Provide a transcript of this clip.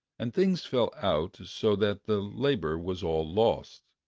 and things fell out so that the labor was all lost.